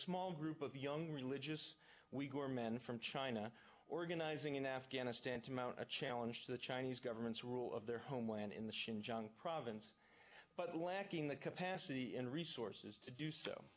small group of young religious we were men from china organizing in afghanistan to mount a challenge to the chinese government's rule of their homeland in the shin jiang province but lacking the capacity and resources to do so